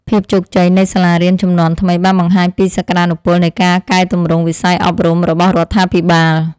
ភាពជោគជ័យនៃសាលារៀនជំនាន់ថ្មីបានបង្ហាញពីសក្តានុពលនៃការកែទម្រង់វិស័យអប់រំរបស់រដ្ឋាភិបាល។